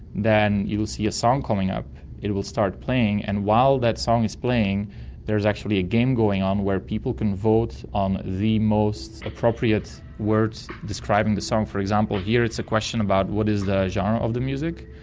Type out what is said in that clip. then you will see a song coming up, it it will start playing, and while that song is playing there is actually a game going on where people can vote on the most appropriate words describing the song. for example, here it's a question about what is the genre of the music.